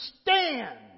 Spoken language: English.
stand